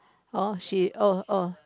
oh she oh oh